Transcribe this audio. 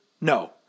No